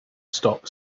stop